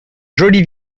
joli